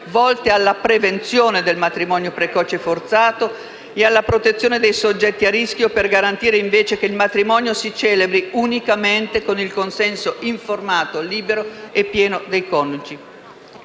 volte alla prevenzione del matrimonio precoce e forzato e alla protezione dei soggetti a rischio, per garantire invece che il matrimonio si celebri unicamente con il consenso informato, libero e pieno dei coniugi.